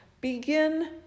begin